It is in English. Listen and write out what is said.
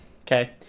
okay